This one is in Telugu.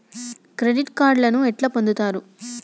క్రెడిట్ కార్డులను ఎట్లా పొందుతరు?